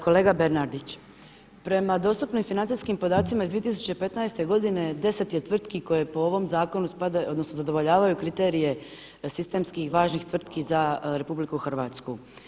Kolega Bernardić, prema dostupnim financijskim podacima iz 2015. godine 10 je tvrtki koje po ovom zakonu spadaju, odnosno zadovoljavaju kriterije sistemskih važnih tvrtki za RH.